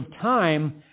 time